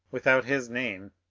without his name,